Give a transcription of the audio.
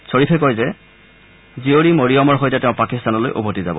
খৰিফে কয় যে জীয়ৰী মৰিয়মৰ সৈতে তেওঁ পাকিস্তানলৈ উভতি যাব